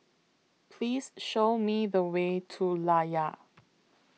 Please Show Me The Way to Layar